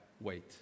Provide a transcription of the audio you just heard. wait